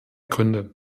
gründe